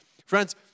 Friends